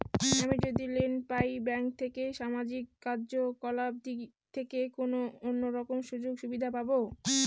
আমি যদি লোন পাই ব্যাংক থেকে সামাজিক কার্যকলাপ দিক থেকে কোনো অন্য রকম সুযোগ সুবিধা পাবো?